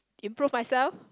improve myself